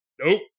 nope